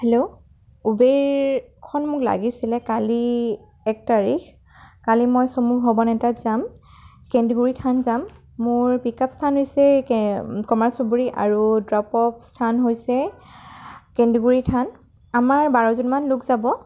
hello উবেৰখন মোক লাগিছিলে কালি এক তাৰিখ কালি মই চমু ভ্ৰমণ এটাত যাম কেন্দুগুৰি থান যাম মোৰ পিক আপ স্থান হৈছে কমাৰ চুবুৰী আৰু ড্ৰ'পঅফ স্থান হৈছে কেন্দুগুৰি থান আমাৰ বাৰজনমান লোক যাব